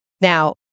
Now